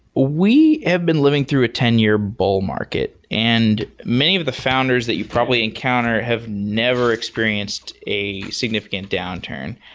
we have been living through a ten-year bull market. and many of the founders that you probably encounter have never experienced a significant downturn.